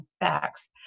facts